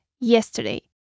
yesterday